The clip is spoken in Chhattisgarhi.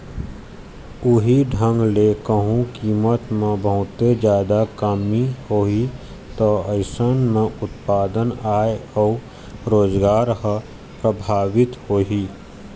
उहीं ढंग ले कहूँ कीमत म बहुते जादा कमी होही ता अइसन म उत्पादन, आय अउ रोजगार ह परभाबित होही